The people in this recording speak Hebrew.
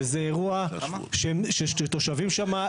שזה אירוע שהתושבים שם,